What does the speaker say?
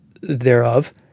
thereof